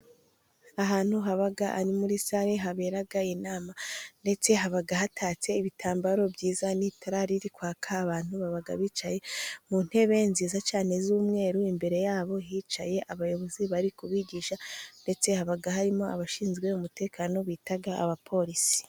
Ahantu habaga ari muri sare haberaga inama, ndetse habaga hatatse ibitambaro byiza n'itara riri kwaka. Abantu babaga bicaye mu ntebe nziza cyane z'umweru, imbere yabo hicaye abayobozi bari kubigisha, ndetse habaga harimo abashinzwe umutekano bitaga abaporisi.